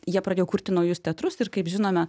jie pradėjo kurti naujus teatrus ir kaip žinome